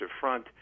front